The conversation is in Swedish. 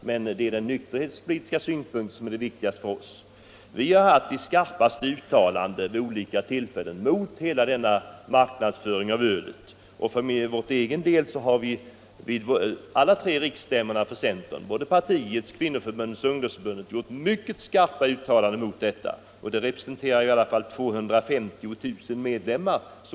Här är den nykterhetspolitiska synpunkten den viktigaste för oss. Vi har vid olika tillfällen framfört de skarpaste uttalanden mot marknadsföringen av öl. Vid centerns tre riksstämmor — partiets, kvinnoförbundets och ungdomsförbundets — har vi gjort mycket skarpa uttalanden mot denna marknadsföring. Vi representerar i alla fall 250 000 medlemmar.